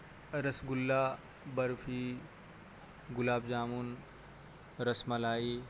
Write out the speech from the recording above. رس گلا برفی گلاب جامن رس ملائی